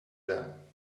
them